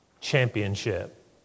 Championship